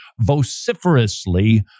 vociferously